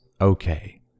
okay